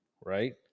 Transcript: right